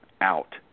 out